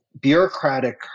bureaucratic